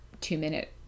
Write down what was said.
two-minute